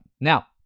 Now